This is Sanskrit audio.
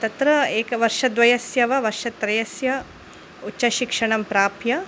तत्र एकवर्षद्वयस्य वा वर्षत्रयस्य उच्चशिक्षणं प्राप्य